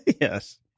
Yes